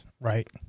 right